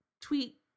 tweet